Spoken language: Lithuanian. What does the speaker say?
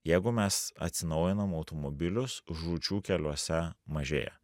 jeigu mes atsinaujinam automobilius žūčių keliuose mažėja